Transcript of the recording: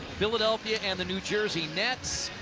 philadelphia, and the new jersey nets.